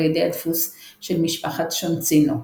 על ידי הדפוס של משפחת שונצינו,